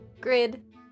Grid